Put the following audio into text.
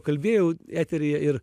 kalbėjau eteryje ir